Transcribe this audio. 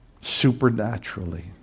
Supernaturally